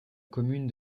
commune